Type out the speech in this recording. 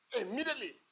Immediately